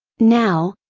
now,